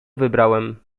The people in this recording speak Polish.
wybrałem